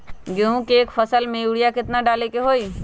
गेंहू के एक फसल में यूरिया केतना डाले के होई?